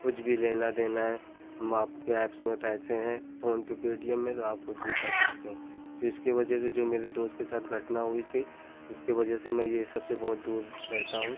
कुछ भी लेना देना है आप की एप्स में पैसे हैं फोनपे पेटीएम में तो आप कुछ भी कर सकते हैं तो इसकी वजह से जो मेरे दोस्त के साथ घटना हुई थी उसके वजह से मैं ये सब से बहुत दूर रहता हूँ